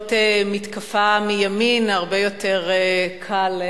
כזאת מתקפה מימין, הרבה יותר קל,